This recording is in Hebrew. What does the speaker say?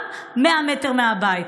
גם 100 מטר מהבית.